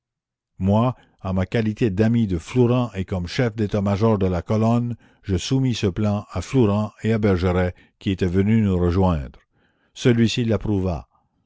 moi en ma qualité d'ami de flourens et comme chef d'état-major de la colonne je soumis ce plan à flourens la commune et à bergeret qui était venu nous rejoindre celui-ci